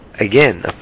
again